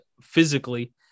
physically